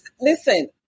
Listen